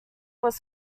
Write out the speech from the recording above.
was